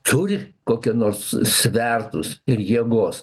turi kokią nors svertus ir jėgos